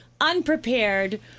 unprepared